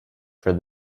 for